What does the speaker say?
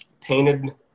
painted